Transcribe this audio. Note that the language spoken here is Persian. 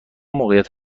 موقعیت